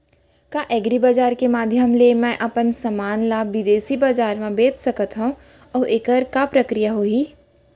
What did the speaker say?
का एग्रीबजार के माधयम ले मैं अपन समान ला बिदेसी बजार मा बेच सकत हव अऊ एखर का प्रक्रिया होही?